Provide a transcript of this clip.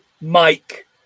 Mike